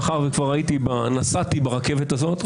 מאחר שכבר נסעתי ברכבת הזאת,